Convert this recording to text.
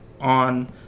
on